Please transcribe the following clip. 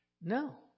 No